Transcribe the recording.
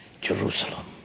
Jerusalem